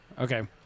Okay